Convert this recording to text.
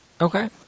okay